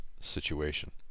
situation